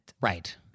Right